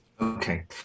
Okay